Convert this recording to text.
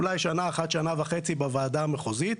אולי שנה אחת או שנה וחצי בוועדה המחוזית,